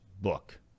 book